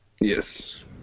yes